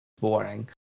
boring